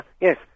Yes